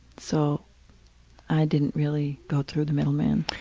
so i didn't really go through the middleman.